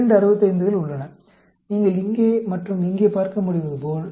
இரண்டு 65 கள் உள்ளன நீங்கள் இங்கே மற்றும் இங்கே பார்க்க முடிவதுபோல்